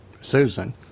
Susan